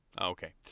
Okay